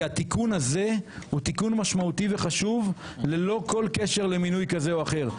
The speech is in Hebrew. התיקון הזה הוא תיקון משמעותי וחשוב ללא כל קשר למינוי כזה או אחר.